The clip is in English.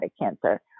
cancer